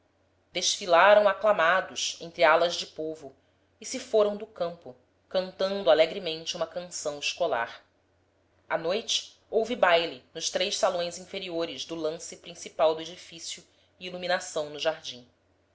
desfilaram aclamados entre alas de povo e se foram do campo cantando alegremente uma canção escolar à noite houve baile nos três salões inferiores do lance principal do edifício e iluminação no jardim